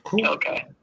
okay